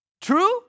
true